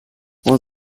while